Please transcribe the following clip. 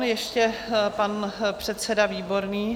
Ještě pan předseda Výborný.